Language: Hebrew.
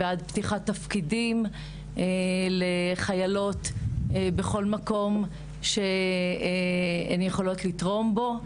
בעד פתיחת תפקידים לחיילות בכל מקום שהן יכולות לתרום בו.